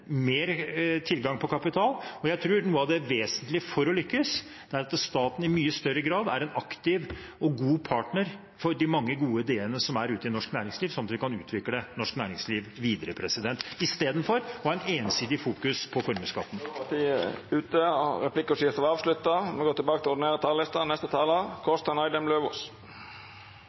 mer tilgang på kapital. Jeg tror noe av det vesentlige for å lykkes er at staten i mye større grad er en aktiv og god partner for de mange gode ideene som er ute i norsk næringsliv, sånn at vi kan utvikle norsk næringsliv videre – istedenfor å fokusere ensidig på formuesskatten. Replikkordskiftet er avslutta.